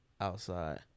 outside